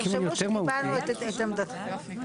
תרשמו שקיבלנו את עמדתכם.